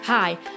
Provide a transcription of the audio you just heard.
Hi